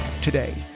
today